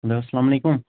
hello اَسلامُ علیکُم